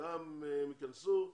גם הם ייכנסו,